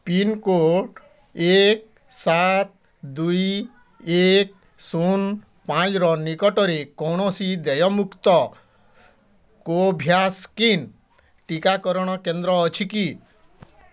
pincode ଏକ ସାତ ଦୁଇ ଏକ ଶୂନ ପାଞ୍ଚର ନିକଟରେ କୌଣସି ଦେୟମୁକ୍ତ କୋଭ୍ୟାକ୍ସିନ୍ ଟିକାକରଣ କେନ୍ଦ୍ର ଅଛି କି